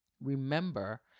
Remember